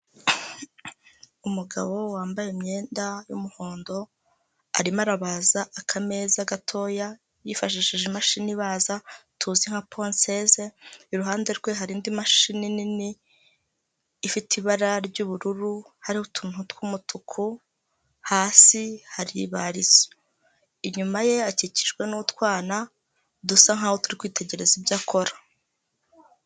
Umugabo wambaye imyenda y'umuhondo arimo arabaza akameza gatoya yifashishije imashini baza tuzi nka ponseze, iruhande rwe hari indi mashini nini ifite ibara ry'ubururu hariho utuntu tw',umutuku hasi hari ibarizo, inyuma ye akikijwe n'utwana dusa nk'aho turi kwitegereza ibyo akora.